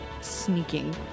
sneaking